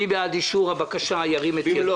מי בעד אישור הבקשה במלואה